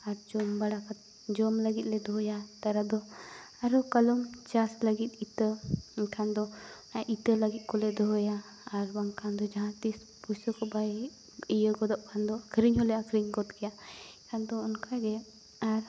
ᱟᱨ ᱡᱚᱢ ᱵᱟᱲᱟ ᱡᱚᱢ ᱞᱟᱹᱜᱤᱫ ᱞᱮ ᱫᱚᱦᱚᱭᱟ ᱛᱟᱨᱟᱫᱚ ᱟᱨᱦᱚᱸ ᱠᱟᱞᱚᱢ ᱪᱟᱥ ᱞᱟᱹᱜᱤᱫ ᱤᱛᱟᱹ ᱮᱱᱠᱷᱟᱱ ᱫᱚ ᱤᱛᱟᱹ ᱞᱟᱹᱜᱤᱫ ᱠᱚᱞᱮ ᱫᱚᱦᱚᱭᱟ ᱟᱨᱵᱟᱝ ᱠᱷᱟᱱᱫᱚ ᱡᱟᱦᱟᱸ ᱛᱤᱥ ᱯᱩᱭᱥᱟᱹᱠᱚ ᱵᱟᱭ ᱤᱭᱟᱹ ᱜᱚᱫᱚᱜ ᱠᱷᱟᱱᱫᱚ ᱟᱹᱠᱷᱨᱤᱧ ᱦᱚᱸᱞᱮ ᱟᱹᱠᱷᱨᱤᱧ ᱜᱚᱫ ᱜᱮᱭᱟ ᱮᱱᱠᱷᱟᱱ ᱫᱚ ᱚᱱᱠᱟᱜᱮ ᱟᱨ